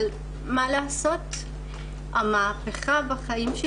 אבל מה לעשות, המהפך בחיים שלי